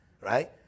right